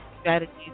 strategies